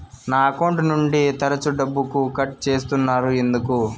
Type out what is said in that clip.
నా అకౌంట్ నుండి తరచు డబ్బుకు కట్ సేస్తున్నారు ఎందుకు